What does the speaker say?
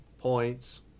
points